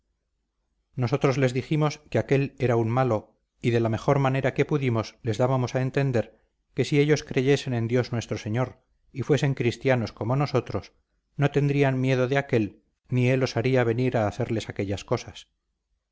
nosotros les dijimos que aquél era un malo y de la mejor manera que pudimos les dábamos a entender que si ellos creyesen en dios nuestro señor y fuesen cristianos como nosotros no tendrían miedo de aquel ni él osaría venir a hacerles aquellas cosas